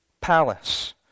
palace